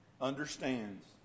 understands